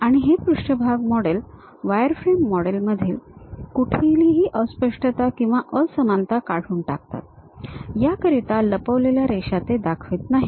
आणि हे पृष्ठभाग मॉडेल वायरफ्रेम मॉडेलमधील कुठलीही अस्पष्टता किंवा असमानता काढून टाकतात याकरिता लपवलेल्या रेषा ते दाखवत नाहीत